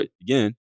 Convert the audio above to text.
Again